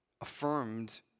affirmed